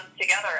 together